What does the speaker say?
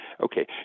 Okay